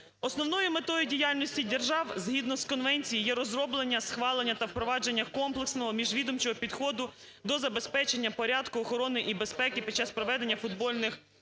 Основною метою діяльності держав згідно з конвенцією є розроблення, схвалення та впровадження комплексного міжвідомчого підходу до забезпечення порядку, охорони і безпеки під час проведення футбольних матчів